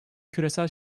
küresel